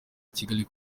kigali